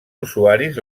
usuaris